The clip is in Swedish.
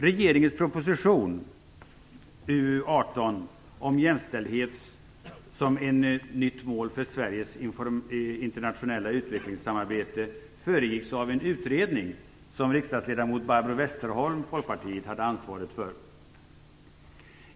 Regeringens proposition 1995/96:UU18, Jämställdhet som ett nytt mål för Sveriges internationella utvecklingssamarbete, föregicks av en utredning som riksdagsledamot Barbro Westerholm, Folkpartiet, hade ansvaret för.